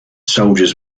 soldiers